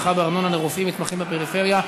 הנחה בארנונה לרופאים מתמחים בפריפריה),